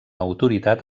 autoritat